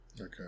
Okay